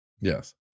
Yes